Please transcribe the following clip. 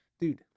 Dude